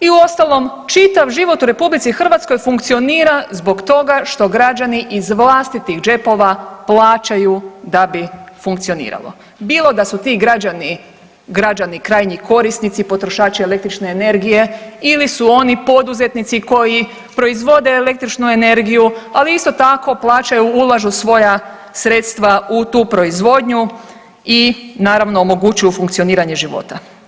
i uostalom čitav život u Republici Hrvatskoj funkcionira zbog toga što građani iz vlastitih džepova plaćaju da bi funkcioniralo bilo da su ti građani, građani krajnji korisnici potrošači električne energije ili su oni poduzetnici koji proizvode električnu energiju, ali isto tako plaćaju, ulažu svoja sredstva u tu proizvodnju i naravno omogućuju funkcioniranje života.